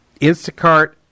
Instacart